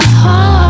heart